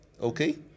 okay